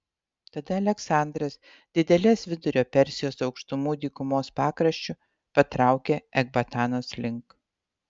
tada aleksandras didelės vidurio persijos aukštumų dykumos pakraščiu patraukė ekbatanos link